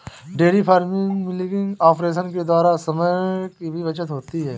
dairy farming milking operation के द्वारा समय की भी बचत होती है